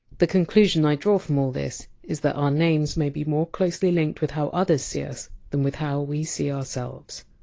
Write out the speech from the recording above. the conclusion i draw from all this is that our names may be more closely linked with how others see us than with how we see ourselves!